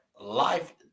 life